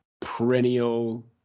perennial